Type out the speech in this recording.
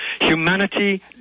humanity